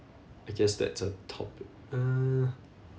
I guess that's a topi~ uh